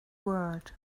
world